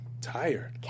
tired